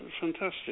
fantastic